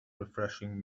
refreshing